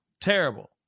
terrible